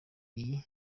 iyi